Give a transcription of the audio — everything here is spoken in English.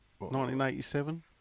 1987